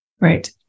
Right